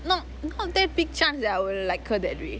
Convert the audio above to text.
not not that big chance that I will like her that way